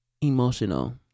emotional